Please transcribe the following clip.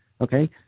okay